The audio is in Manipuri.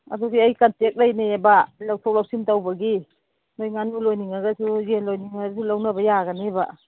ꯑꯗꯨꯗꯤ ꯑꯩ ꯀꯟꯇꯦꯛ ꯂꯩꯅꯩꯑꯕ ꯂꯧꯊꯣꯛ ꯂꯧꯁꯤꯟ ꯇꯧꯕꯒꯤ ꯅꯣꯏ ꯉꯥꯅꯨ ꯂꯣꯏꯅꯤꯡꯉꯒꯁꯨ ꯌꯦꯟ ꯂꯣꯏꯅꯤꯡꯉꯁꯨ ꯂꯧꯅꯕ ꯌꯥꯒꯅꯦꯕ